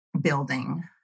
building